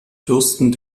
fürsten